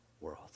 world